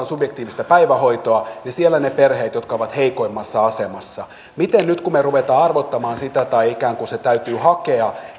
subjektiivista päivähoitoa ja siellä niitä perheitä jotka ovat heikoimmassa asemassa niin miten on nyt kun me rupeamme arvottamaan sitä tai ikään kuin se täytyy hakea